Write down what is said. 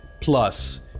plus